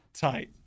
tight